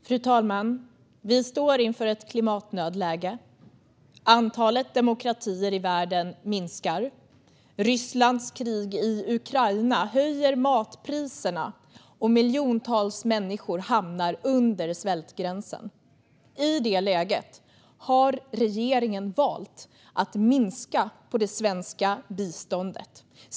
Fru talman! Vi står inför ett klimatnödläge. Antalet demokratier i världen minskar. Rysslands krig i Ukraina höjer matpriserna, och miljoner människor hamnar under svältgränsen. I detta läge har regeringen valt att minska på det svenska biståndet.